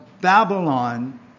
Babylon